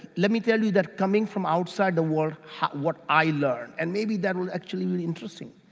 let me tell you that, coming from outside the world, what i learned, and maybe that will actually really interesting.